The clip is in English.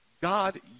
God